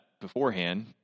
beforehand